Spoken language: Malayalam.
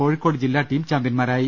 കോഴിക്കോട് ജില്ലാ ടീം ചാമ്പ്യൻമാരായി